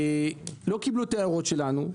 לא קיבלו את ההערות שלנו.